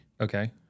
Okay